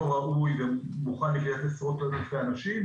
ראוי ומוכן לקלוט עשרות-אלפי אנשים,